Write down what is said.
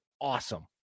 awesome